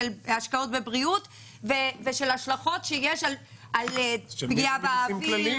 בהשקעות בבריאות, בהשלכות שיש על פגיעה באוויר,